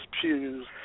pews